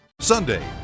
Sunday